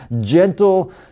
gentle